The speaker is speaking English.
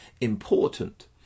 important